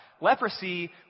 leprosy